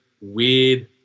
weird